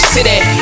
City